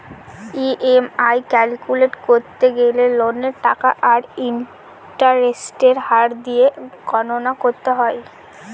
EMI calculate করতে গেলে লোনের টাকা আর ইন্টারেস্টের হার দিয়ে গণনা করতে হয়